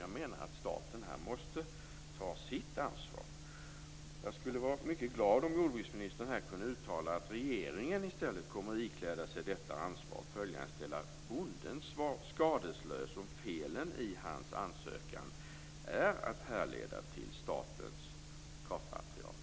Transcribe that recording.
Jag menar att staten här måste ta sitt ansvar. Jag skulle vara mycket glad om jordbruksministern här kunde uttala att regeringen i stället kommer att ikläda sig detta ansvar och följaktligen hålla bonden skadeslös, om felen i hans ansökan är att härleda till statens kartmaterial.